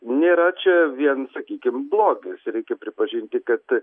nėra čia vien sakykim blogis reikia pripažinti kad